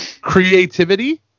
creativity